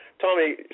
Tommy